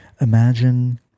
imagine